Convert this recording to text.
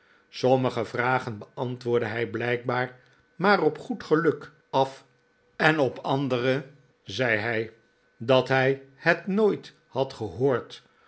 sommige vragen beantwoordde hij blijkbaar maar op goed geluk af en op andere zei hij dat hij het nooit had gehoord